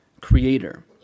creator